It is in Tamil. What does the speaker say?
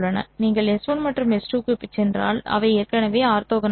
நீங்கள் S1 மற்றும் S2 க்குச் சென்றால் அவை ஏற்கனவே ஆர்த்தோகனல் ஆகும்